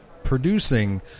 Producing